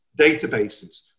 databases